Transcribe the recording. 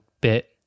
bit